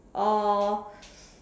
uh